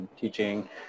teaching